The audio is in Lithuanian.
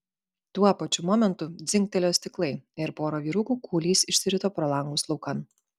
tuo pačiu momentu dzingtelėjo stiklai ir pora vyrukų kūliais išsirito pro langus laukan